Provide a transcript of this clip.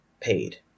paid